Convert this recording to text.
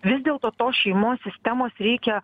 vis dėlto tos šeimos sistemos reikia